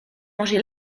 manger